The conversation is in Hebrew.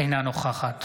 אינה נוכחת